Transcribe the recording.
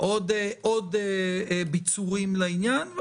עוד ביצורים לעניין.